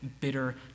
bitter